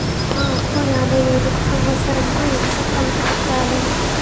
నా అప్పు యాభై వేలు కు సంవత్సరం కు ఎంత కంతు కట్టాలి?